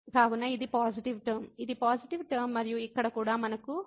కాబట్టి ఇది positive term ఇది పాజిటివ్ టర్మ మరియు ఇక్కడ కూడా మనకు ఇది సగం కంటే ఎక్కువ